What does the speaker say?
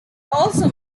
also